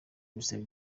bisaba